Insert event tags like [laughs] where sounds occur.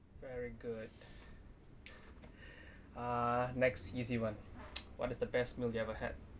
very good [laughs] uh next easy [one] what is the best meal you ever had